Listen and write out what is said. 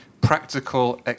practical